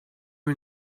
are